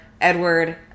Edward